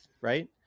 right